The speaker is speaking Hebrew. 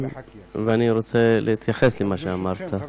ואני רוצה להתייחס למה שאמרת.) ברשותכם,